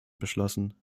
beschlossen